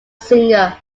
singer